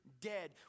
dead